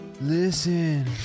Listen